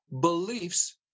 beliefs